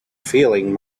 feeling